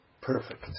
perfect